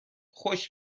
خوش